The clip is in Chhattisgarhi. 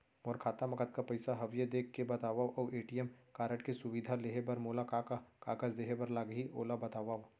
मोर खाता मा कतका पइसा हवये देख के बतावव अऊ ए.टी.एम कारड के सुविधा लेहे बर मोला का का कागज देहे बर लागही ओला बतावव?